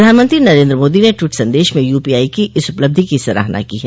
प्रधानमंत्री नरेन्द्र मोदी ने ट्वीट संदेश में यूपीआई की इस उपलब्धि की सराहना की है